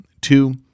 Two